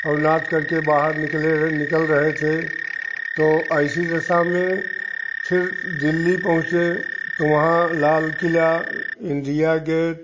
और नाचकर के बाहर निकले निकल रहे थे तो ऐसी दशा में फिर दिल्ली पहुँचे तो वहाँ लाल किला इंडिया गेट